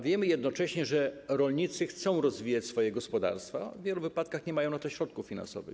Wiemy jednocześnie, że rolnicy chcą rozwijać swoje gospodarstwa, a w wielu wypadkach nie mają na to środków finansowych.